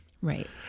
Right